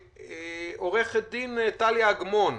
עו"ד טליה אגמון,